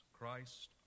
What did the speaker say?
Christ